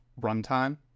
runtime